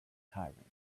tyrant